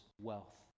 wealth